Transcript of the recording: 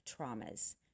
traumas